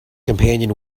companion